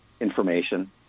information